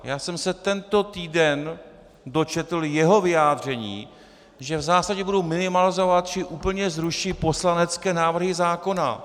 Já jsem se tento týden dočetl jeho vyjádření, že v zásadě budou minimalizovat či úplně zruší poslanecké návrhy zákona.